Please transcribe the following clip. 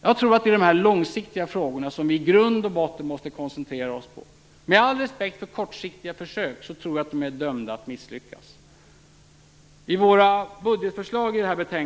Jag tror att det är de långsiktiga frågorna som vi i grund och botten måste koncentrera oss på. Med all respekt för kortsiktiga försök tror jag att de är dömda att misslyckas.